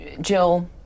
Jill